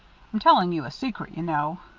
i'm telling you a secret, you know.